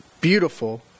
beautiful